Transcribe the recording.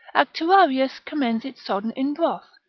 actuarius commends it sodden in broth,